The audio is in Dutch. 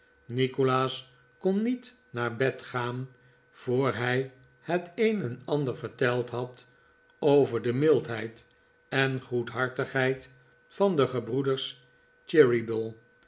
nikolaas kon niet naar bed gaan voor hij het een en ander verteld had over de mildheid en goedhartigheid van de gebroeders